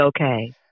okay